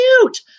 cute